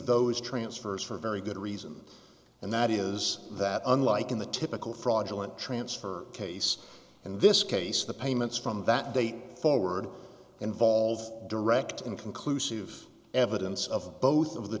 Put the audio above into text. those transfers for very good reason and that is that unlike in the typical fraudulent transfer case in this case the payments from that date forward involve direct and conclusive evidence of both of the